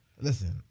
Listen